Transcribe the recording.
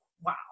wow